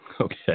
Okay